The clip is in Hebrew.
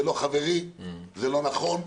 זה לא חברי, זה לא נכון,